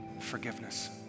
forgiveness